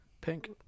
Pink